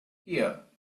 here